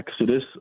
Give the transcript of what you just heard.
exodus